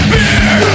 Beer